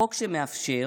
חוק שמאפשר